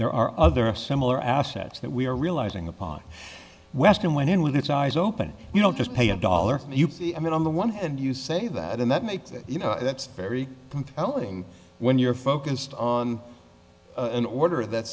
there are other similar assets that we are realizing upon western went in with its eyes open you know just pay a dollar i mean on the one hand you say that and that makes it very compelling when you're focused on an order that